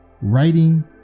Writing